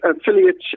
affiliates